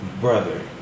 brother